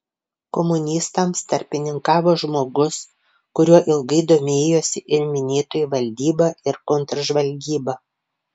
komunistams tarpininkavo žmogus kuriuo ilgai domėjosi ir minėtoji valdyba ir kontržvalgyba